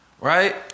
Right